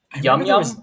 Yum-Yum